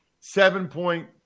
Seven-point